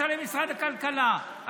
שמשרד הכלכלה ישלם את המע"מ.